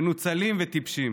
מנוצלים וטיפשים.